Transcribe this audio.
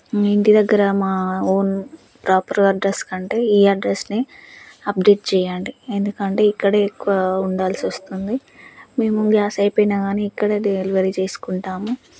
మీ ఇంటి దగ్గర మా ఓన్ డ్రాపర్ అడ్రస్ కంటే ఈ అడ్రస్నే అప్డేట్ చేయండి ఎందుకంటే ఇక్కడే ఎక్కువ ఉండాల్సొస్తుంది మేము గ్యాస్ అయిపోయినా గానీ ఇక్కడే డెలివరీ చేసుకుంటాము